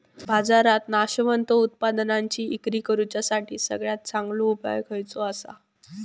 बाजारात नाशवंत उत्पादनांची इक्री करुच्यासाठी सगळ्यात चांगलो उपाय खयचो आसा?